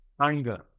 Anger